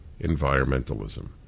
environmentalism